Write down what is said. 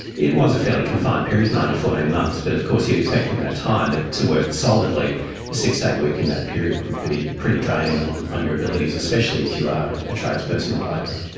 it was a fairly confined period, nine to fourteen months, but of course you'd expect in that time that to work solidly a six day week in that period, would be pretty draining on on your abilities, especially if you are a tradesperson or labourer.